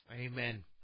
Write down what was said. Amen